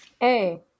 Hey